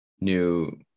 new